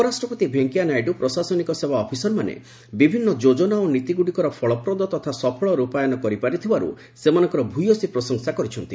ଉପରାଷ୍ଟ୍ରପତି ଭେଙ୍କେୟା ନାଇଡୁ ପ୍ରଶାସନିକ ସେବା ଅଫିସରମାନେ ବିଭିନ୍ନ ଯୋଜନା ଓ ନୀତି ଗୁଡ଼ିକର ଫଳପ୍ରଦ ତଥା ସଫଳ ରୂପାୟନ କରିପାରୁଥିବାରୁ ସେମାନଙ୍କର ଭୟସୀ ପ୍ରଶଂସା କରିଛନ୍ତି